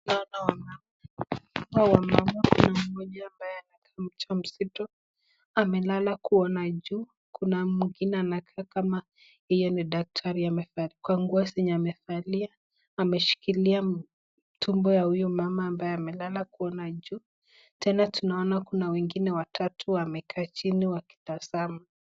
Hapa ni wamama Kuna moja amekaa mja mzito amelala kuona juu Kuna mwingine anakaa kama yeye ni daktari katika nguo zenye amevalia ameshikilia tumbo ya huyo mama ambaye amelala kuona juu tena tunaona Kuna wengine watatu wamekaa chini wakitazama.